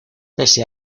pese